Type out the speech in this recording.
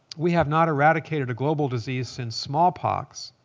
we have not eradicated a global disease since smallpox.